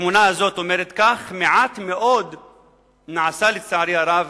התמונה הזאת אומרת שמעט מאוד נעשה, לצערי הרב,